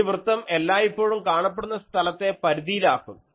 ഈ വൃത്തം എല്ലായ്പ്പോഴും കാണപ്പെടുന്ന സ്ഥലത്തെ പരിധിയിലാക്കും